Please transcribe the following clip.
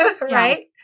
Right